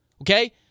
okay